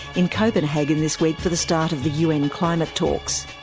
in copenhagen this week for the start of the un climate talks.